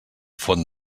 font